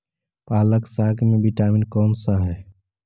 पालक साग में विटामिन कौन सा है?